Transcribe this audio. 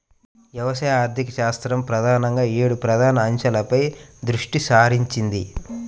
వ్యవసాయ ఆర్థికశాస్త్రం ప్రధానంగా ఏడు ప్రధాన అంశాలపై దృష్టి సారించింది